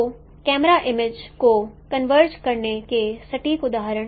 तो camera images को converge करने के सटीक उदाहरण